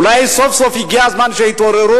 אולי סוף-סוף הגיע הזמן שיתעוררו,